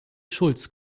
schulz